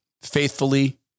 Faithfully